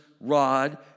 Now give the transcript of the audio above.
rod